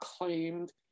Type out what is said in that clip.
claimed